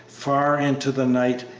far into the night,